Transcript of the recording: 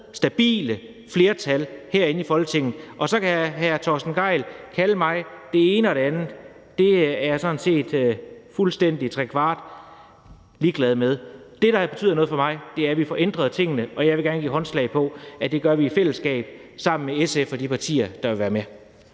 stabile flertal herinde i Folketinget. Og så kan hr. Torsten Gejl kalde mig det ene og det andet – det er jeg sådan set fuldstændig trekvart ligeglad med. Det, der betyder noget for mig, er, at vi får ændret tingene. Og jeg vil gerne give håndslag på, at det gør vi i fællesskab sammen med SF og de partier, der vil være med.